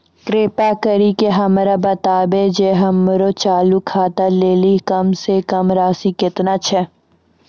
कृपा करि के हमरा बताबो जे हमरो चालू खाता लेली कम से कम राशि केतना छै?